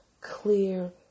clear